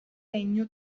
legno